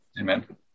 Amen